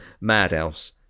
madhouse